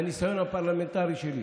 מהניסיון הפרלמנטרי שלי,